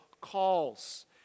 calls